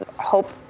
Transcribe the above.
hope